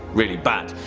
really bad.